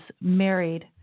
married